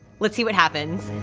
let's see what happens.